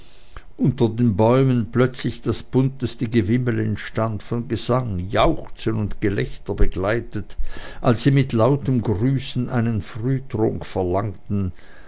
unter den bäumen plötzlich das bunteste gewühl entstand von gesang jauchzen und gelächter begleitet als sie mit lautem grüßen einen frühtrunk verlangten